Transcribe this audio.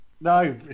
No